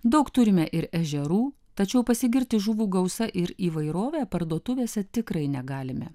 daug turime ir ežerų tačiau pasigirti žuvų gausa ir įvairove parduotuvėse tikrai negalime